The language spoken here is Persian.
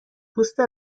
پوست